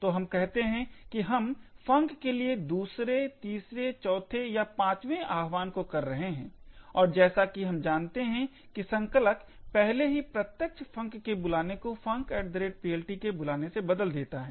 तो हम कहते हैं कि हम func के लिए 2 3 4 या 5 वां आह्वान कर रहे हैं और जैसा कि हम जानते हैं कि संकलक पहले ही प्रत्यक्ष func के बुलाने को funcPLT के बुलाने से बदल देता है